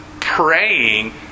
praying